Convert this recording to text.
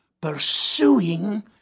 Pursuing